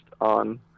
on